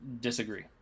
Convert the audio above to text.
Disagree